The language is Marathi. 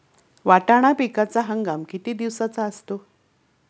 वाटाणा पिकाचा हंगाम किती दिवसांचा असतो?